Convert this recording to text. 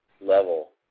level